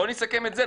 בוא נסכם את זה,